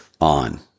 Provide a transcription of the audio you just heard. on